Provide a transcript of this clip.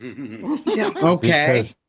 Okay